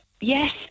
yes